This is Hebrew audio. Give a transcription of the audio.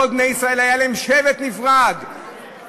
כל בני ישראל היה להם שבט נפרד למשפחותיהם,